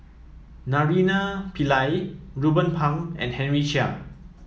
Naraina Pillai Ruben Pang and Henry Chia